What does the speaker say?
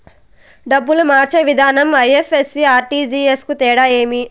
డబ్బులు మార్చే విధానం ఐ.ఎఫ్.ఎస్.సి, ఆర్.టి.జి.ఎస్ కు తేడా ఏమి?